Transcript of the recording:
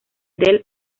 del